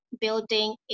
building